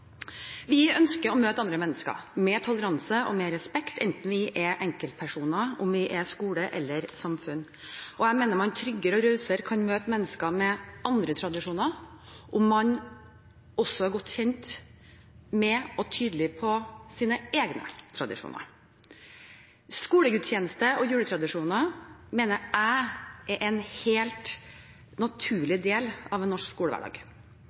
Vi ønsker å møte andre mennesker med toleranse og respekt, enten det er enkeltpersoner, skoler eller samfunn. Jeg mener man tryggere og rausere kan møte mennesker med andre tradisjoner om man også er godt kjent med og tydelig på sine egne tradisjoner. Skolegudstjenester og juletradisjoner mener jeg er en helt naturlig del av en norsk skolehverdag.